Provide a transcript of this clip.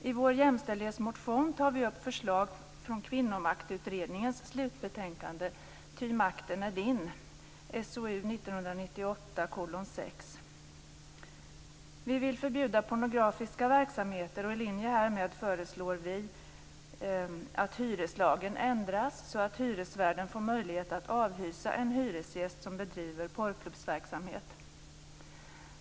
I vår jämställdhetsmotion tar vi upp förslag från Kvinnomaktutredningens slutbetänkande Ty makten är din, SOU 1998:6. Vi vill förbjuda pornografiska verksamheter, och i linje härmed föreslår vi att hyreslagen ändras så att hyresvärden får möjlighet att avhysa en hyresgäst som bedriver porrklubbsverksamhet.